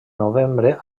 novembre